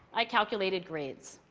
i calculated grades.